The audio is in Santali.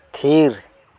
ᱛᱷᱤᱨ